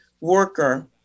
worker